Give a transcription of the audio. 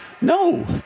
no